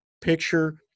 picture